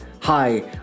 Hi